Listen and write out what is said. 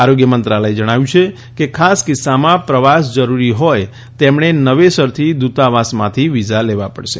આરોગ્યમંત્રાલયે જણાવ્યું છે કે ખાસ કિસ્સામાં પ્રવાસ જરૂરી હોથ તેમણે નવેસરથી દૂતાવાસણાંથી વિઝા લેવા પડશે